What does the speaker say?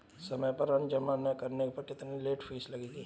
समय पर ऋण जमा न करने पर कितनी लेट फीस लगेगी?